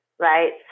Right